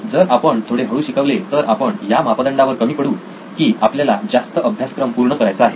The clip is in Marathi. जर आपण थोडे हळू शिकवले तर आपण या मापदंडावर कमी पडू की आपल्याला जास्त अभ्यासक्रम पूर्ण करायचा आहे